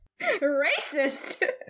Racist